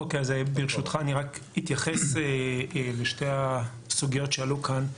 ברשותך, אני רק אתייחס לשתי הסוגיות שעלו כאן.